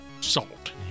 salt